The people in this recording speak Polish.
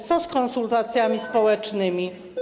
Co z konsultacjami społecznymi?